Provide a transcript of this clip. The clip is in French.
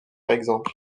exemple